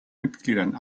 mitgliedern